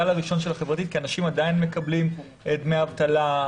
הקורונה החברתית כי אנשים עדיין מקבלים דמי אבטלה,